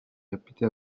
réputé